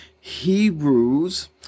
hebrews